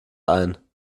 ein